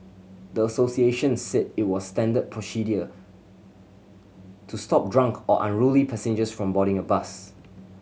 the associations said it was standard procedure to stop drunk or unruly passengers from boarding a bus